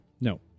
No